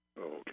Okay